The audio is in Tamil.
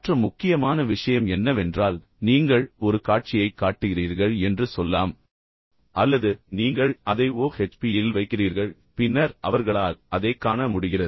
மற்ற முக்கியமான விஷயம் என்னவென்றால் நீங்கள் ஒரு காட்சியைக் காட்டுகிறீர்கள் என்று சொல்லலாம் நீங்கள் அதைக் காட்டுகிறீர்கள் அல்லது நீங்கள் அதை OHP இல் வைக்கிறீர்கள் பின்னர் அவர்களால் அதைக் காண முடிகிறது